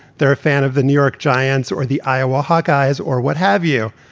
they're a fan of the new york giants or the iowa hawkeyes or what have you.